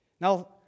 Now